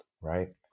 right